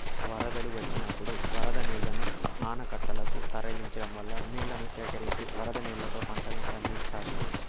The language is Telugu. వరదలు వచ్చినప్పుడు వరద నీళ్ళను ఆనకట్టలనకు తరలించడం వల్ల నీళ్ళను సేకరించి వరద నీళ్ళతో పంటలను పండిత్తారు